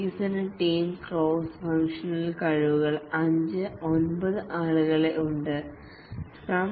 വികസന ടീമിൽ cross functional കഴിവുകൾ ഉള്ള അഞ്ചു ഒമ്പത് ആളുകൾ ഉണ്ട് ആണ്